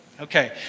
Okay